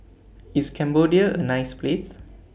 IS Cambodia A nice Place